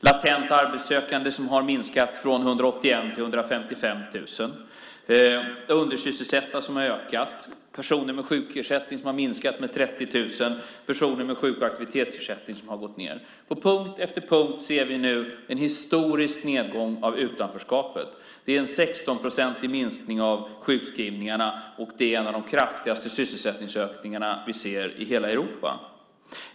Latenta arbetssökande har minskat från 181 000 till 155 000. Undersysselsättningen har ökat, personer med sjukersättning har minskat med 130 000, personer med sjuk och aktivitetsersättning har minskat i antal. På punkt efter punkt ser vi nu en historisk nedgång av utanförskapet. Det är en 16-procentig minskning av sjukskrivningarna, och det är en av de kraftigaste sysselsättningsökningarna vi ser i hela Europa.